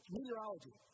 Meteorology